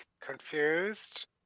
Confused